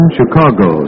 Chicago